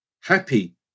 happy